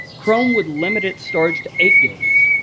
chrome would limit its storage to eight gigs,